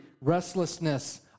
restlessness